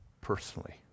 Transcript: personally